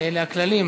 הכללים.